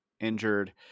injured